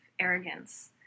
arrogance